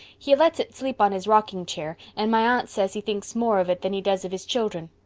he lets it sleep on his rocking chare and my aunt says he thinks more of it than he does of his children.